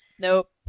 nope